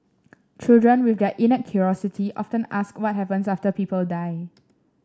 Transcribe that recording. children with their innate curiosity often ask what happens after people die